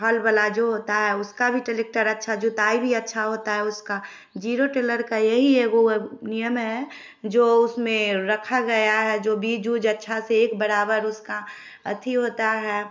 हल वाला जो होता है उसका भी तो टलेक्टर अच्छा जोताई भी अच्छा होता है उसका जीरो टोलर का ये ही गो नियम है जो उसमें रखा गया है जो बीज उज अच्छा से एक बराबर उसका अथी होता है